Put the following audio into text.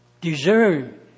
discern